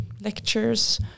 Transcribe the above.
lectures